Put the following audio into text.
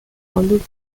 آلود